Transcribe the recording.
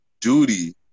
duty